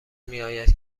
میآید